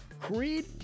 Creed